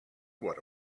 what